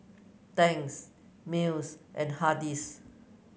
Tangs Miles and Hardy's